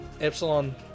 Epsilon